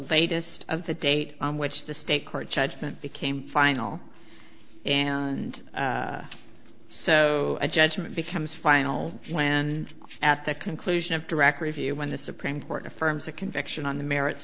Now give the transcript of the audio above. latest of the date on which the state court judgment became final and so a judgment becomes final when at the conclusion of direct review when the supreme court affirms a conviction on the merits